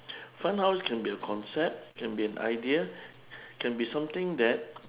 fun house can be a concept can be an idea can be something that